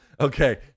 Okay